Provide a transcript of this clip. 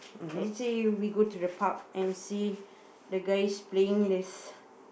let's say we go to the park and see the guys playing this